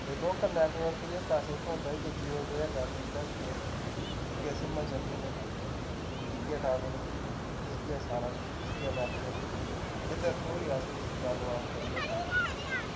एह् local network जेह्का असें थ्होंदा इ'यै जियो ते एयरटेल दा ई ऐ इ'यै सिम्मां चलदियां न ते इ'यै टावर ऐ इ'यै सारा कुछ इ'यै नेटवर्क एह्दे थ्रू ही अस जेह्की गल्लबात करने सारा किश